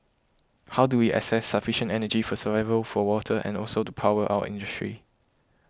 how do we access sufficient energy for survival for water and also to power our industry